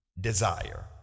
Desire